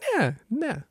ne ne